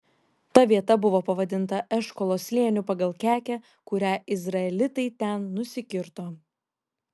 ta vieta buvo pavadinta eškolo slėniu pagal kekę kurią izraelitai ten nusikirto